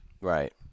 Right